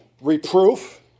reproof